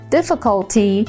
difficulty